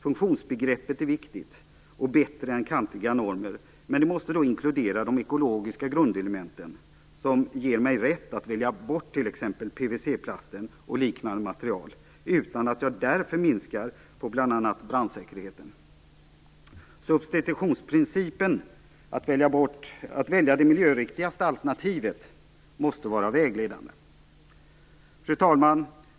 Funktionsbegreppet är viktigt, och bättre än kantiga normer, men det måste då inkludera de ekologiska grundelementen som ger mig rätt att välja bort t.ex. PVC plasten och liknande material, utan att jag därför minskar bl.a. brandsäkerheten. Substitutionsprincipen - att välja det miljöriktigaste alternativet - måste vara vägledande. Fru talman!